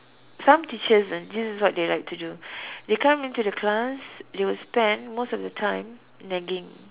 some teachers uh this is what they like to do they come into the class they will spend most of the time nagging